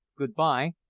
good-bye,